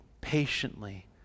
patiently